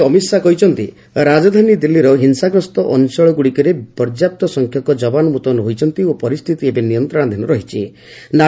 ଅମିତ ଶାହା ସ୍ୱରାଷ୍ଟ୍ରମନ୍ତ୍ରୀ ଅମିତ ଶାହା କହିଛନ୍ତି ରାଜଧାନୀ ଦିଲ୍ଲୀର ହିଂସାଗ୍ରସ୍ତ ଅଞ୍ଚଳ ଗ୍ରଡ଼ିକରେ ପର୍ଯ୍ୟାପ୍ତ ସଂଖ୍ୟକ ଯବାନ ମୁତୟନ ହୋଇଛନ୍ତି ଓ ପରିସ୍ଥିତି ଏବେ ନିୟନ୍ତ୍ରଣାଧୀନ ରହିଛି